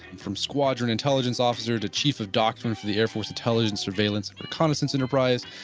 from squadron, intelligence officer, to chief of doctrine for the air force intelligence surveillance reconnaissance enterprise.